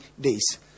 days